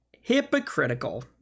Hypocritical